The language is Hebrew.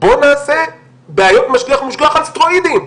בוא נעשה בעיות משגיח-מושגח על סטרואידים.